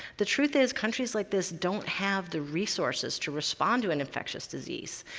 the truth is countries like this don't have the resources to respond to an infectious disease,